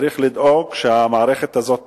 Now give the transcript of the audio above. צריך לדאוג שהמערכת הזאת תעבוד.